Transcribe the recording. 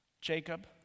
Jacob